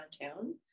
downtown